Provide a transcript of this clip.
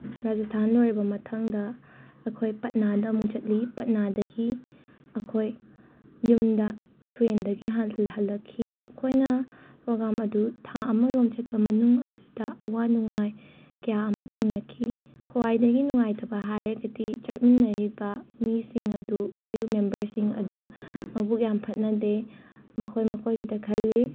ꯔꯥꯖꯁꯊꯥꯟ ꯂꯣꯏꯔꯕ ꯃꯊꯪꯗ ꯑꯩꯈꯣꯏ ꯄꯠꯅꯥꯗ ꯑꯃꯨꯛ ꯆꯠꯂꯤ ꯄꯠꯅꯥꯗꯒꯤ ꯑꯩꯈꯣꯏ ꯌꯨꯝꯗ ꯇ꯭ꯔꯦꯟꯗꯒꯤ ꯍꯜ ꯍꯜ ꯍꯜꯂꯛꯈꯤ ꯑꯩꯈꯣꯏꯅ ꯄ꯭ꯔꯣꯒ꯭ꯔꯥꯝ ꯑꯗꯨ ꯊꯥ ꯑꯃꯔꯣꯝ ꯆꯠꯄ ꯃꯅꯨꯡ ꯑꯗꯨꯗ ꯑꯋꯥ ꯅꯨꯡꯉꯥꯏ ꯀ꯭ꯌꯥ ꯑꯃ ꯊꯦꯡꯅꯈꯤ ꯈ꯭ꯋꯥꯏꯗꯒꯤ ꯅꯨꯉꯥꯏꯇꯕ ꯍꯥꯏꯔꯒꯗꯤ ꯆꯠꯃꯤꯟꯅꯔꯤꯕ ꯃꯤꯁꯤꯡ ꯑꯗꯨ ꯀ꯭ꯔ꯭ꯌꯨ ꯃꯦꯝꯕꯔꯁꯤꯡ ꯑꯗꯨ ꯃꯕꯨꯛ ꯌꯥꯝꯅ ꯐꯠꯅꯗꯦ ꯃꯈꯣꯏ ꯃꯈꯣꯏꯒꯤꯗ ꯈꯜꯂꯤ